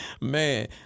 Man